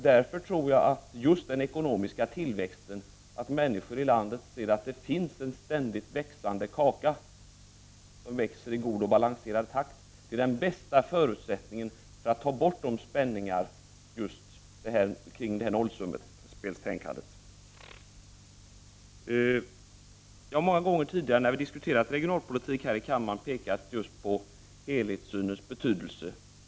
Därför tror jag att just den ekonomiska tillväxten, att människorna i landet ser att det finns en ständigt växande kaka, som växer i god och balanserad takt, är den bästa förutsättningen för att få bort spänningarna kring nollsummespelstänkandet. Jag har många gånger tidigare när vi diskuterat regionalpolitik här i riksdagen pekat på just helhetssynens betydelse.